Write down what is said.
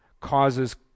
causes